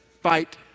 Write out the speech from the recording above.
Fight